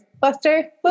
Buster